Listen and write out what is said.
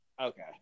Okay